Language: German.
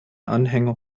anhänger